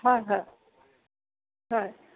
হয় হয় হয়